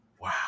Wow